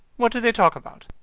what do they talk about?